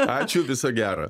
ačiū viso gero